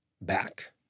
back